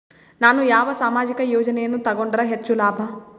ನಾನು ಯಾವ ಸಾಮಾಜಿಕ ಯೋಜನೆಯನ್ನು ತಗೊಂಡರ ಹೆಚ್ಚು ಲಾಭ?